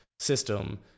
system